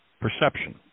perception